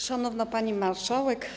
Szanowna Pani Marszałek!